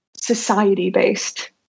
society-based